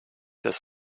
des